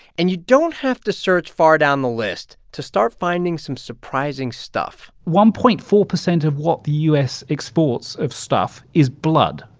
and you don't have to search far down the list to start finding some surprising stuff one point four percent of what the u s. exports of stuff is blood.